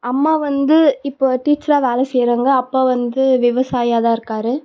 அம்மா வந்து இப்போ டீச்சராக வேலை செய்கிறாங்க அப்பா வந்து விவசாயியாக தான் இருக்கார்